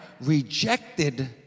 rejected